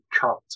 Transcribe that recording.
cut